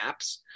apps